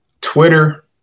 Twitter